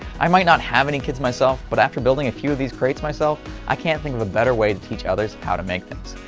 i might not have any kids myself but after building a few of these crates myself i can't think of a better way to teach others how to make things.